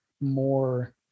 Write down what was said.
more